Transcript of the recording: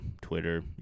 Twitter